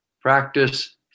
practice